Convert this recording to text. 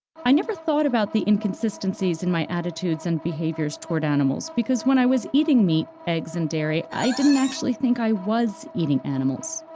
i never thought about the inconsistencies in my attitudes and behaviors toward animals, because when i was eating meat, eggs, and dairy, i didn't actually think i was eating animals.